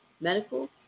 medical